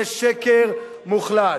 זה שקר מוחלט,